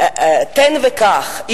תן וקח,